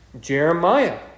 Jeremiah